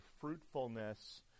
fruitfulness